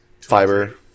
Fiber